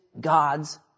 God's